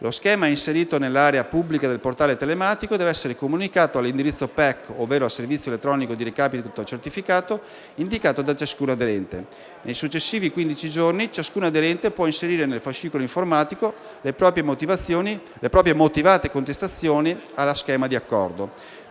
Lo schema inserito nell'area pubblica del portale telematico deve essere comunicato all'indirizzo PEC, ovvero al Servizio elettronico di recapito certificato indicato da ciascun aderente. Nei successivi quindici giorni, ciascun aderente può inserire nel fascicolo informatico le proprie motivate contestazioni allo schema di accordo.